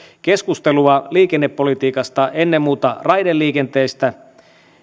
keskustelua liikennepolitiikasta ennen muuta raideliikenteestä